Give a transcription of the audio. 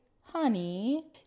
honey